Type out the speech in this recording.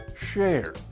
share,